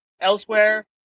elsewhere